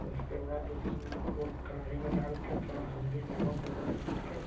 उसके बाद उसको कड़ाई में डालकर थोड़ा हल्दी नामक वगैरह डालकर